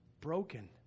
broken